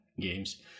games